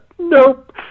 nope